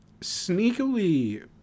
sneakily